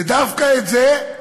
ודווקא את זה,